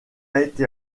été